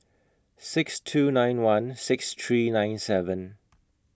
six two nine one six three nine seven